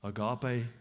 agape